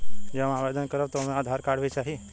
जब हम आवेदन करब त ओमे आधार कार्ड भी चाही?